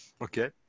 okay